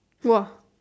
!woah!